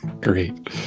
Great